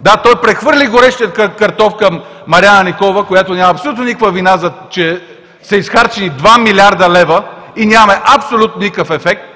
Да, той прехвърли горещия картоф към Марияна Николова, която няма абсолютно никаква вина, че са изхарчени 2 млрд. лв., а нямаме абсолютно никакъв ефект,